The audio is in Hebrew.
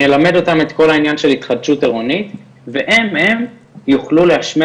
נלמד אות את כל העניין של התחדשות עירונית והם יוכלו להשמיע